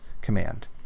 command